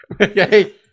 Okay